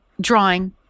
drawing